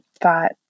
thought